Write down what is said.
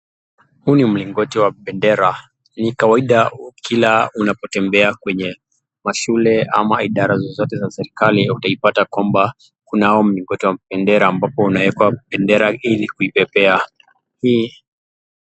Huu ni mlingoti wa bendera. Ni kawaida kila unapotembea kwenye mashule ama idara zozote za serikali utaipata kwamba kunao mlingoti wa bendera ambao unaekwa bendera ili kuipepea, hii